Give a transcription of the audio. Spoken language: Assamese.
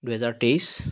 দুহেজাৰ তেইছ